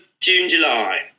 June-July